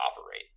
operate